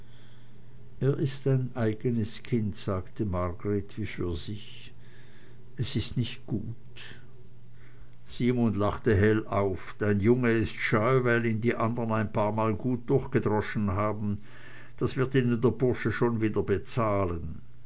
er ist ein eigenes kind sagte margreth wie für sich es ist nicht gut simon lachte hell auf dein junge ist scheu weil ihn die andern ein paarmal gut durchgedroschen haben das wird ihnen der bursche schon wieder